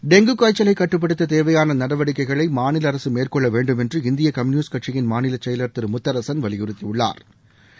dengue காய்ச்சலை கட்டுப்படுத்த தேவையான நடவடிக்கைகளை மாநில அரசு மேற்கொள்ள வேண்டும் என்று இந்திய கம்யூனிஸ்ட் கட்சியின் மாநில செயலா் திரு முத்தரசன் வலியுறுத்தியுள்ளாா்